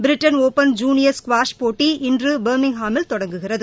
Britain open junior squash போட்டி இன்று பெர்மிங்காமில் தொடங்குகிறது